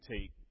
take